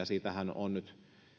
siitähän on on nyt